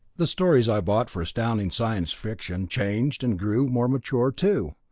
the stories i bought for astounding science fiction changed and grew more mature too.